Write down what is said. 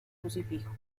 crucifijo